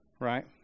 Right